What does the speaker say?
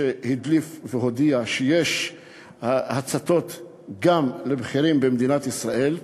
שהדליף והודיע שיש ציתותים גם לבכירים במדינת ישראל,